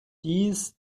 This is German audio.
dies